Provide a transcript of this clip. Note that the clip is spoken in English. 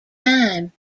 time